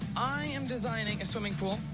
i am designing a swimming pool.